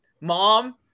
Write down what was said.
mom